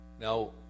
Now